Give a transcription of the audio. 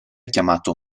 chiamato